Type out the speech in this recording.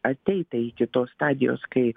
ateita iki tos stadijos kai